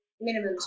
minimum